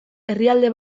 herrialde